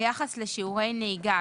ביחס לשיעורי נהיגה,